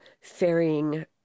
ferrying